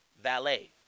valet